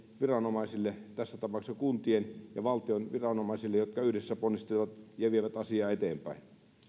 viranomaisille tässä tapauksessa kuntien ja valtion viranomaisille jotka yhdessä ponnistelevat ja vievät asiaa eteenpäin